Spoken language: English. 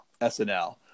SNL